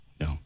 No